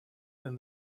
then